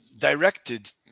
directed